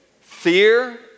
Fear